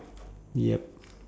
yup